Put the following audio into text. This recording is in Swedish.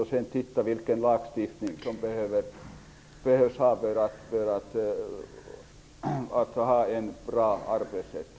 Sedan får vi se vilken lagstiftning som behövs för att vi skall få en bra arbetsrätt.